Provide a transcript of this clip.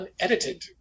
unedited